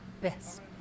best